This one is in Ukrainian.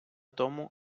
тому